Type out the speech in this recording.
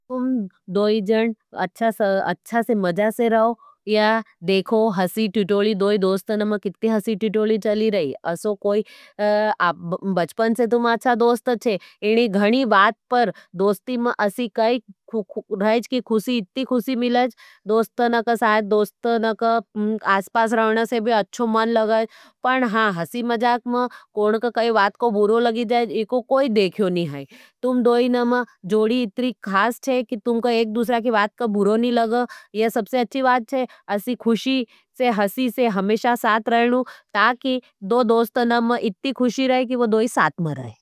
तुम दोई जन अच्छा से मज़ा से राओ या देखो हसी थिटोड़ी दोई दोस्तनम कित्ती हसी थिटोड़ी चली रही। असो कोई बचपन से तुम अच्छा दोस्त थे। इनी घणी बात पर दोस्ती में असी काई खुशी इत्ती खुशी मिलाईज। दोस्तन के साथ दोस्तन के आसपास रहने से भी अच्छो मन लगज। पण हाँ हँसी मज़ाक में कोण का काई वात को बुरो लगी जाए इको कोई देख्यो नहीं है। तुम दोइनो की जोड़ी इतनी खास छे के तुमक एक दूसरे की बात का बुरा नी लगा, ये सबसे अच्छी बात छे। असि हसी से खुशी से साथ रहवा ताकि दो दोस्तान में इतनी खुशी आई के दोनों साथ में रह।